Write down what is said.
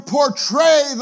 portray